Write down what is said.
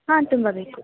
ಹಾಂ ತುಂಬ ಬೇಕು